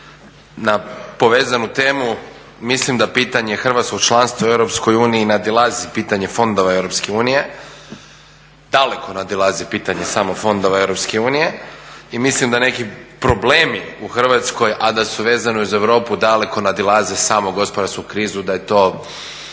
na poveznu temu, mislim da pitanje hrvatskog članstva u EU nadilazi pitanje fondova EU, daleko nadilazi pitanje samo fondova EU i mislim da neki problemi u Hrvatskoj, a da su vezani uz Europu daleko nadilaze samu gospodarsku krizu, da je to,